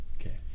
Okay